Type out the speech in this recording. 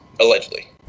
allegedly